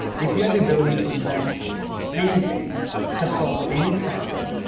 if you had the ability to invent anything to solve any problem,